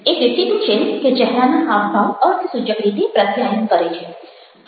એ દેખીતું છે કે ચહેરાના હાવભાવ અર્થસૂચક રીતે પ્રત્યાયન કરે છે